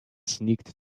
sneaked